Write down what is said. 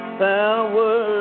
power